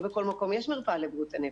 לא בכל מקום יש מרפאה לבריאות הנפש.